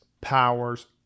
Powers